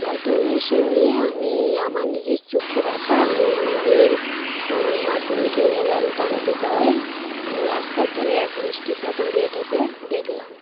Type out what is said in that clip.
গত উনিশে মে আমি আমার নিজের চক্ষে দেখা আমি আমার মেয়ের মাধ্যমিকের রেজাল্ট আনতে যাওয়ায় রাস্তার ধারে এক মিষ্টির দোকান রেড হতে দেখলাম